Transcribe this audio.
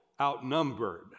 outnumbered